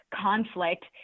conflict